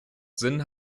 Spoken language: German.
sinn